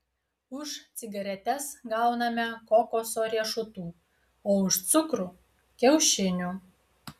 už cigaretes gauname kokoso riešutų o už cukrų kiaušinių